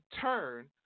turn